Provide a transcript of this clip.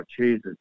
Jesus